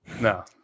No